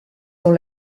dans